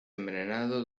envenenado